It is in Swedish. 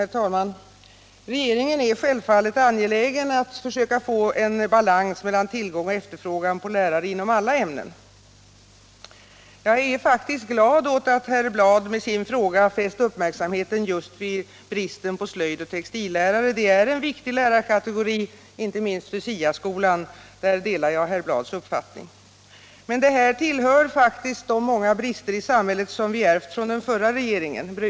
Herr talman! Regeringen är självfallet angelägen att försöka få en balans mellan tillgång och efterfrågan på lärare inom alla ämnen. Jag är faktiskt glad åt att herr Bladh med sin fråga fäst uppmärksamheten just på bristen på textil och slöjdlärare. Jag delar herr Bladhs uppfattning att detta är en viktig kategori lärare, inte minst för SIA-skolan. Men detta tillhör faktiskt de många brister i samhället som vi ärvt från den förra regeringen.